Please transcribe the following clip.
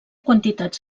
quantitats